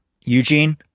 Eugene